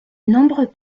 nombreux